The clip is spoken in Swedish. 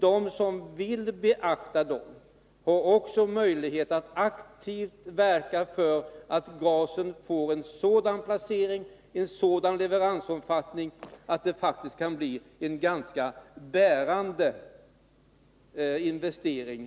De som vill beakta dem får möjlighet att aktivt verka för att gasen får en sådan placering och en sådan leveransomfattning att gasintroduktionen faktiskt blir en ganska bärande investering.